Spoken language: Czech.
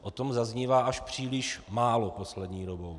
O tom zaznívá až příliš málo poslední dobou.